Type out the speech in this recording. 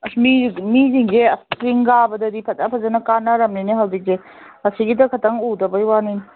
ꯑꯁ ꯃꯤ ꯃꯤꯁꯤꯡꯁꯦ ꯆꯤꯡ ꯀꯥꯕꯗꯗꯤ ꯐꯖ ꯐꯖꯅ ꯀꯥꯅꯔꯕꯅꯤꯅꯦ ꯍꯧꯖꯤꯛꯁꯦ ꯑꯁꯤꯒꯤꯗ ꯈꯤꯇꯪ ꯎꯗꯕꯩ ꯋꯥꯅꯤꯅꯦ